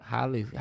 Holly